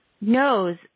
knows